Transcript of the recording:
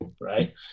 right